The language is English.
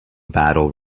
battle